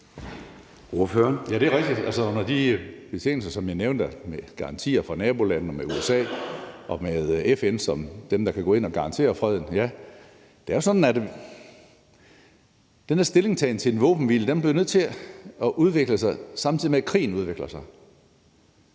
under de betingelser, som jeg nævnte, med garantier fra nabolandene og med USA og med FN som dem, der kan gå ind og garantere freden. Det er jo sådan, at den her stillingtagen til en våbenhvile bliver nødt til at udvikle sig, samtidig med at krigen udvikler sig.